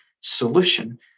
solution